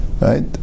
right